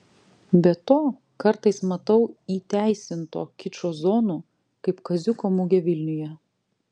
be to kartais matau įteisinto kičo zonų kaip kaziuko mugė vilniuje